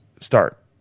Start